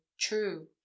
true